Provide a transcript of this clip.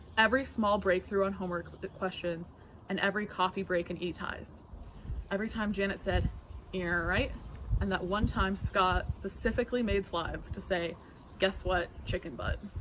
every small breakthrough on homework questions and every coffee break in each eyes every time janet said here right and one time scott specifically made slides to say guess what chicken butt.